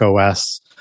OS